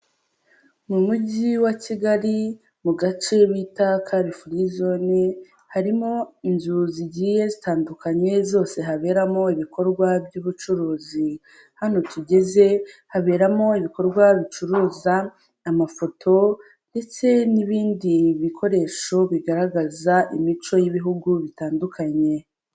Mu mujyi wa kigali mu gace bita kari furi zone, harimo inzu zigiye zitandukanye zose haberamo ibikorwa by'ubucuruzi, hano tugeze haberamo ibikorwa bicuruza amafoto, ndetse n'ibindi bikoresho bigaragaza imico y'ibihugu bitandukanye.